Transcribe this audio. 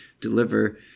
deliver